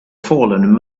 fallen